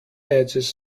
edges